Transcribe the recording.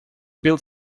build